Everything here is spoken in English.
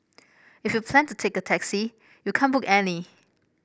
if you plan to take a taxi you can't book any